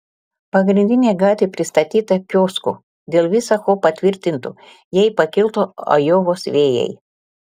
pagrindinė gatvė pristatyta kioskų dėl visa ko pritvirtintų jei pakiltų ajovos vėjai